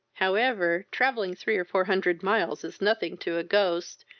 however, travelling three or four hundred miles is nothing to a ghost,